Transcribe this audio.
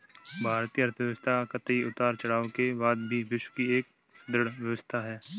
भारतीय अर्थव्यवस्था कई उतार चढ़ाव के बाद भी विश्व की एक सुदृढ़ व्यवस्था है